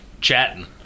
chatting